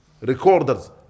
recorders